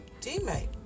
teammate